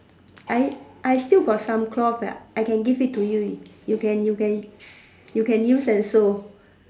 I I still got some cloth I can give it to you can you can you can use and sew